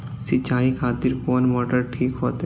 सीचाई खातिर कोन मोटर ठीक होते?